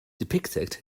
depicted